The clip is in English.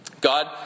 God